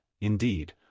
indeed